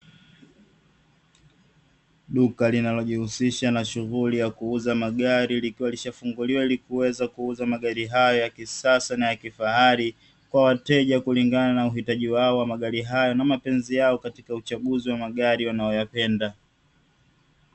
Duka linalojihusisha na shughuli ya kuuza magari, likiwa lishafunguliwa ili kuweza kuuza magari haya ya kisasa na ya kifahari kwa wateja kulingana na uhitaji wao wa magari haya na mapenzi yao katika uchaguzi wa magari wanayoyapenda.